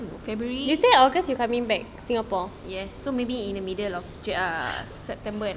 you say august you coming back singapore